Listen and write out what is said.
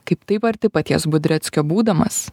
kaip taip arti paties budreckio būdamas